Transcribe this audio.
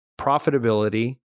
profitability